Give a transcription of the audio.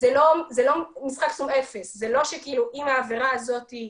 לא משחק סכום אפס, זה לא שאם העבירה הזו היא